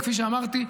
וכפי שאמרתי,